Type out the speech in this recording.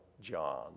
John